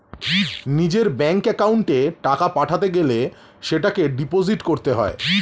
নিজের ব্যাঙ্ক অ্যাকাউন্টে টাকা পাঠাতে গেলে সেটাকে ডিপোজিট করতে হয়